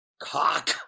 cock